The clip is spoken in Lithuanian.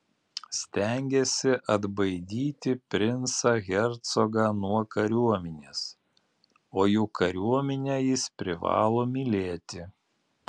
stengėsi atbaidyti princą hercogą nuo kariuomenės o juk kariuomenę jis privalo mylėti